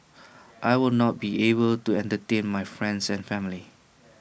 I will not be able to entertain my friends and family